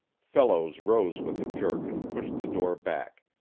fellows rose with a jerk and pushed the door back.